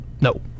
No